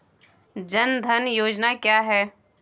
जनधन योजना क्या है?